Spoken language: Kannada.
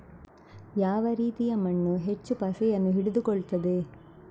ಯಾವ ರೀತಿಯ ಮಣ್ಣು ಹೆಚ್ಚು ಪಸೆಯನ್ನು ಹಿಡಿದುಕೊಳ್ತದೆ?